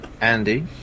Andy